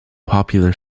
popular